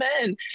men